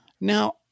Now